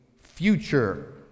future